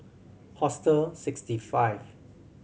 Hostel Sixty Five